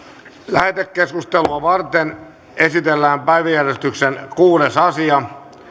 lähetekeskustelua varten esitellään päiväjärjestyksen kuudes asia